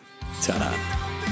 Ta-da